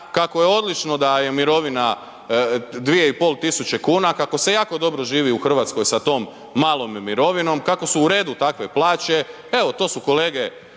kako je odlično da je mirovina 2500 kn, kako se jako dobro živi u Hrvatskoj sa tom malom mirovinom, kako su u redu takve plaće, evo to su kolege